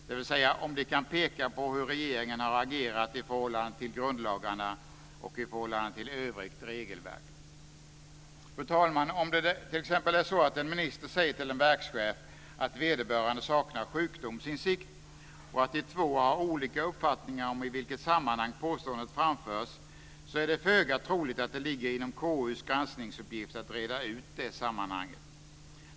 Det gäller alltså huruvida de kan peka på hur regeringen har agerat i förhållande till grundlagarna och i förhållande till övrigt regelverk. Fru talman! Om det t.ex. är så att en minister säger till en verkschef att vederbörande saknar sjukdomsinsikt, och de två har olika uppfattningar om i vilket sammanhang påståendet framförs så är det föga troligt att det ligger inom KU:s granskningsuppgift att reda ut sammanhanget.